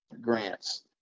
grants